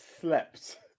slept